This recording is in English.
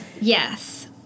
Yes